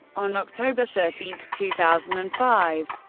on october thirteen, two thousand and five,